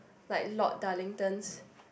like Lord Darlington's